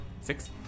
Six